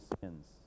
sins